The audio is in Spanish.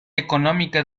económica